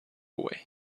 away